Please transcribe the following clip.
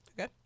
Okay